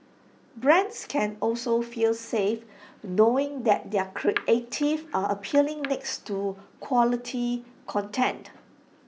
brands can also feel safe knowing that their creatives are appearing next to quality content